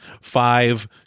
five